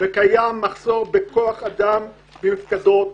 קיים מחסור בכוח אדם במפקדות,